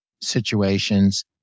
situations